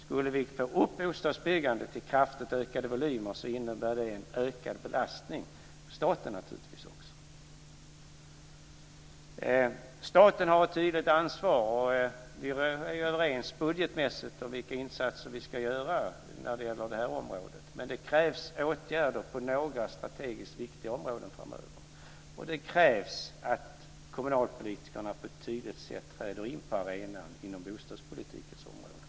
Skulle vi få upp bostadsbyggandet i kraftigt ökade volymer innebär det naturligtvis en ökad belastning för staten. Staten har ett tydligt ansvar. Vi är budgetmässigt överens om vilka insatser vi ska göra när det gäller det här området. Men det krävs åtgärder på några strategiskt viktiga områden framöver. Det krävs att kommunalpolitikerna på ett tydligt sätt träder in på arenan inom bostadspolitikens område.